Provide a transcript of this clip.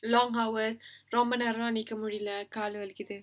long hour ரொம்ப நேரம் நிக்க முடியல கால் வலிக்குது:romba neram nikka mudiyala kaal valikuthu